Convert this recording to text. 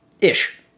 ish